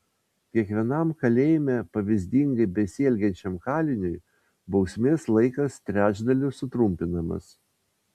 kiekvienam kalėjime pavyzdingai besielgiančiam kaliniui bausmės laikas trečdaliu sutrumpinamas